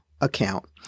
account